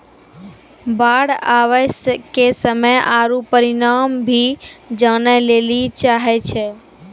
बाढ़ आवे के समय आरु परिमाण भी जाने लेली चाहेय छैय?